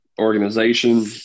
organization